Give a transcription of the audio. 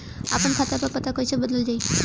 आपन खाता पर पता कईसे बदलल जाई?